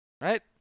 Right